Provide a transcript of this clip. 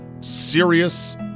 serious